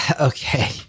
Okay